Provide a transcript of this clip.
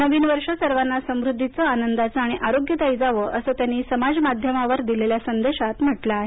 नवीन वर्ष सर्वांना समृद्दीचं आनंदाचं आणि आरोग्यदायी जावो असं त्यांनी समाज माध्यमावर दिलेल्या संदेशात म्हटलं आहे